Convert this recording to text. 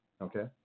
Okay